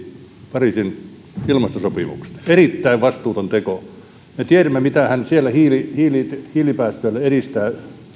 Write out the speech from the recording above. pariisin ilmastosopimuksesta erittäin vastuuton teko me tiedämme mitä hän hiilipäästöillä edistää